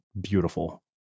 beautiful